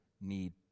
need